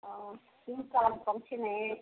ஓ திங்கள்கெலம ஃபங்க்ஷன்னு